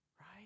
Right